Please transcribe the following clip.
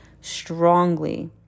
strongly